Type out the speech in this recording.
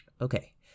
okay